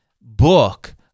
book